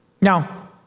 Now